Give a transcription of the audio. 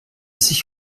sich